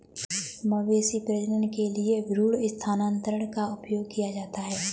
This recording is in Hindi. मवेशी प्रजनन के लिए भ्रूण स्थानांतरण का उपयोग किया जाता है